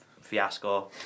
fiasco